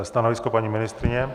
Stanovisko paní ministryně?